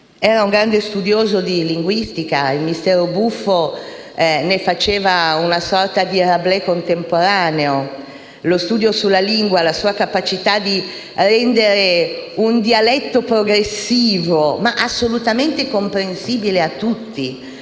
Era un grande studioso di linguistica e il «Mistero buffo» ne faceva una sorta di Rabelais contemporaneo. Ricordo lo studio sulla lingua e la sua capacità di rendere un dialetto progressivo, ma assolutamente comprensibile a tutti;